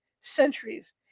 Centuries